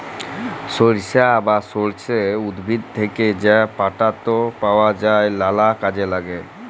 সরিষা বা সর্ষে উদ্ভিদ থ্যাকে যা পাতাট পাওয়া যায় লালা কাজে ল্যাগে